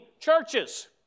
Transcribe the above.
churches